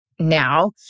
Now